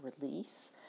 release